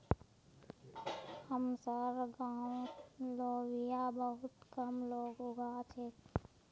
हमसार गांउत लोबिया बहुत कम लोग उगा छेक